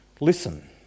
listen